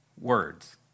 words